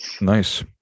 Nice